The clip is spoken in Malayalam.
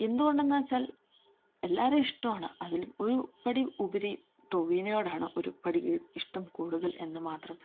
എന്തുകൊണ്ടെന്നുവച്ചാൽ എല്ലാവരെയും ഇഷ്ടമാണ് അതിൽ ഒരു പടി ഉപരി ടോവിനോടോയാണ് ഒരു പടി ഇഷ്ടം കൂടുതൽ എന്ന് മാത്രം